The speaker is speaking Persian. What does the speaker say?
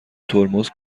ترمز